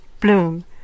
bloom